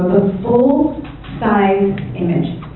full size image,